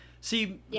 See